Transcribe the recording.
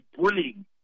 bullying